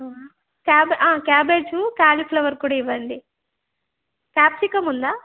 cab cabbage cauliflower కూడా ఇవ్వండి capsicum ఉందా